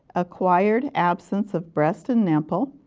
acquired absence of breast and nipple,